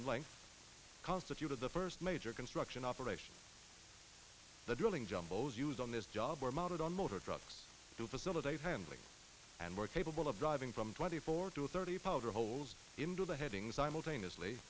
length constituted the first major construction operation the drilling jumbos used on this job were mounted on motor drops to facilitate handling and we're capable of driving from twenty four to thirty power holes into the headings simultaneously